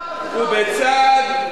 הוא לא שמע אף אחד.